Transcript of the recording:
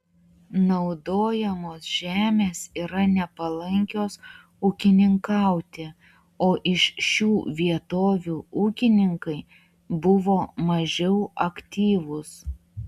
naudojamos žemės yra nepalankios ūkininkauti o iš šių vietovių ūkininkai buvo mažiau aktyvūs